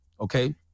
Okay